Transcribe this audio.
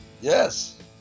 Yes